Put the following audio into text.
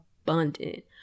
abundant